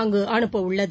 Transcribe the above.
அங்குஅனுப்பவுள்ளது